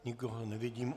Nikoho nevidím.